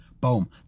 Boom